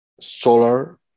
solar